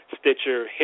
Stitcher